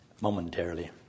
momentarily